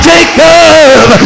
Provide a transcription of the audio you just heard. Jacob